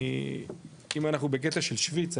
אם אנחנו בקטע של שוויץ,